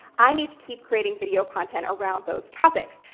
i need to keep creating video content around those topics.